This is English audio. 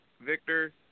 Victor